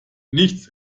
nichts